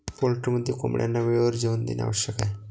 पोल्ट्रीमध्ये कोंबड्यांना वेळेवर जेवण देणे आवश्यक आहे